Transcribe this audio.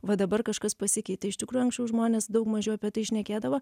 va dabar kažkas pasikeitė iš tikrųjų anksčiau žmonės daug mažiau apie tai šnekėdavo